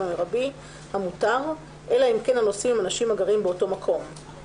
המרבי המותר אלא אם כן הנוסעים הם אנשים הגרים באותו מקום,